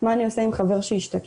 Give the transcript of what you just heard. מה אני עושה עם חבר שהשתכר,